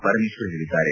ಪರಮೇಶ್ವರ್ ಹೇಳಿದ್ದಾರೆ